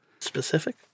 Specific